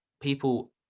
people